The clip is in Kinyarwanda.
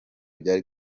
byari